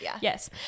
Yes